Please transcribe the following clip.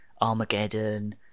armageddon